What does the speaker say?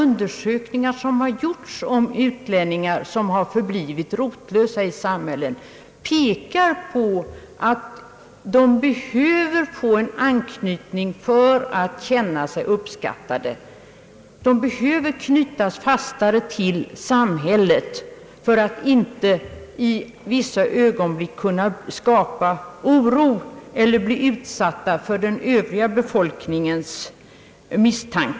Undersökningar som utomlands gjorts rörande utlänningar som förblivit rotlösa i samhället tyder på att dessa människor behöver knytas fastare till samhället för att inte i vissa ögonblick skapa oro eller bli utsatta för den övriga befolkningens misstro.